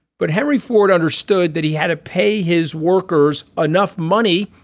but henry ford understood that he had to pay his workers enough money.